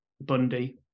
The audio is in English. Bundy